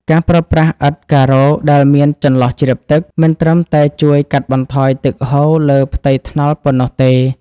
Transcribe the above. ការប្រើប្រាស់ឥដ្ឋការ៉ូដែលមានចន្លោះជ្រាបទឹក មិនត្រឹមតែជួយកាត់បន្ថយទឹកហូរលើផ្ទៃថ្នល់ប៉ុណ្ណោះទេ។